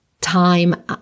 time